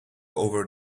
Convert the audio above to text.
over